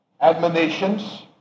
admonitions